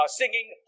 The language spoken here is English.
singing